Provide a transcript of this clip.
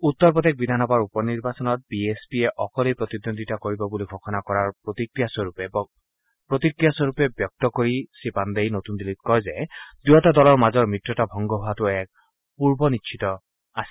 উত্তৰ প্ৰদেশ বিধানসভাৰ উপ নিৰ্বাচনত বি এছ পিয়ে অকলেই প্ৰতিদ্বন্দ্বিতা কৰিব বুলি ঘোষণা কৰাৰ প্ৰতিক্ৰিয়াস্বৰূপে ব্যক্ত কৰি শ্ৰীপাণ্ডেই নতুন দিল্লীত কয় যে দুয়োটা দলৰ মাজৰ মিত্ৰতা ভংগ হোৱাটো এক পূৰ্ব নিশ্চিত আছিল